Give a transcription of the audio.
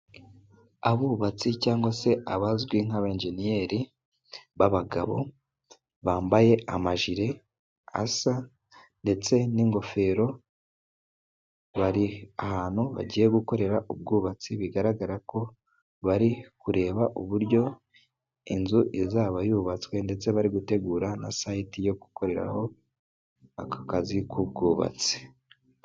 Abubatsi cyangwa se abazwi nk'abenjeniyeri b'abagabo, bambaye amajire asa ndetse n'ingofero, bari ahantu bagiye gukorera ubwubatsi, bigaragara ko bari kureba uburyo inzu izaba yubatswe, ndetse bari gutegura na sayiti yo gukoreraho, aka kazi k'ubwubatsi.